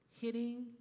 hitting